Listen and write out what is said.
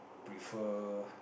prefer